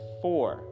four